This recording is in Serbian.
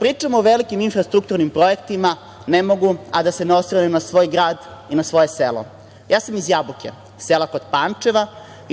pričamo o velikim infrastrukturnim projektima, ne mogu a da se ne osvrnem na svoj grad i na svoje selo. Ja sam iz Jabuke, sela kod Pančeva.